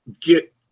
get